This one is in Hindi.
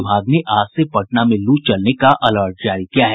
विभाग ने आज से पटना में लू चलने का अलर्ट जारी किया है